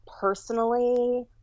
personally